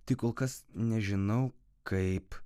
tik kol kas nežinau kaip